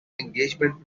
engagement